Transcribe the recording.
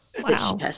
Wow